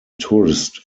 tourist